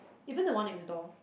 even the one next door